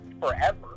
forever